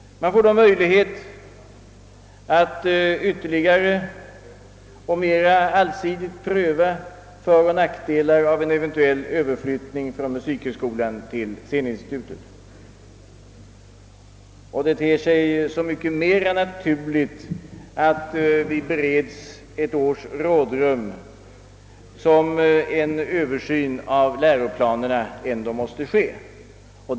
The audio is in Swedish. Man får då möjlighet att ytterligare och mera allsidigt pröva föroch nackdelar av en eventuell överflyttning från musikhögskolan till scenskolan. Det ter sig så mycket mer naturligt att vi bereds ett års rådrum som en översyn av läroplanerna ändå måste göras.